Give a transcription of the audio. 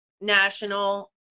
national